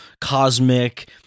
cosmic